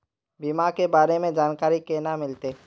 बीमा के बारे में जानकारी केना मिलते?